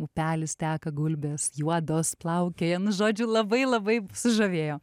upelis teka gulbės juodos plaukiojant žodžiu labai labai sužavėjo